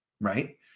Right